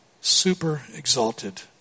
super-exalted